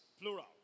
plural